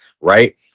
right